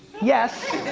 yes.